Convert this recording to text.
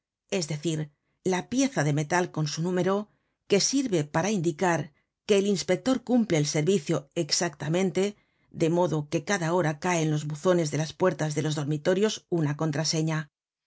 es decir la pieza de metal con su número que sirve para indicar que el inspector cumple el servicio exactamente de modo que cada hora cae en los buzones de las puertas de los dormitorios una contraseña un